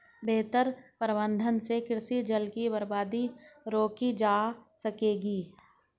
बेहतर प्रबंधन से कृषि जल की बर्बादी रोकी जा सकेगी